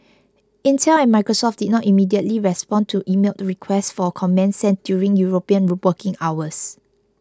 Intel and Microsoft did not immediately respond to emailed requests for comment sent during European working hours